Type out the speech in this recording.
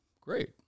great